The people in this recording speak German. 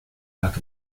lag